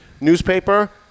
newspaper